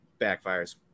backfires